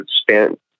spent